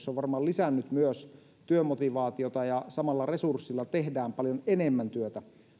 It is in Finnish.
se on varmaan lisännyt myös työmotivaatiota ja samalla resurssilla tehdään paljon enemmän työtä